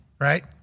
right